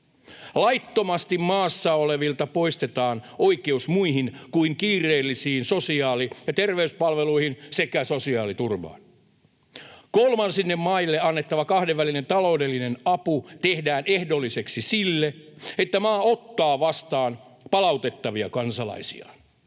Laittomasti maassa olevilta poistetaan oikeus muihin kuin kiireellisiin sosiaali- ja terveyspalveluihin sekä sosiaaliturvaan. Kolmansille maille annettava kahdenvälinen taloudellinen apu tehdään ehdolliseksi sille, että maa ottaa vastaan palautettavia kansalaisiaan.